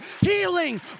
healing